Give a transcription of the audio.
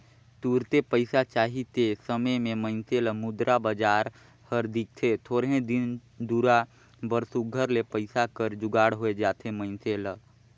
तुरते पइसा चाही ते समे में मइनसे ल मुद्रा बजार हर दिखथे थोरहें दिन दुरा बर सुग्घर ले पइसा कर जुगाड़ होए जाथे मइनसे ल